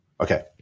Okay